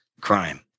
crime